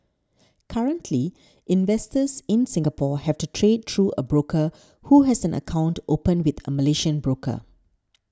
currently investors in Singapore have to trade through a broker who has an account opened with a Malaysian broker